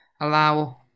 allow